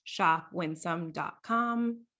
shopwinsome.com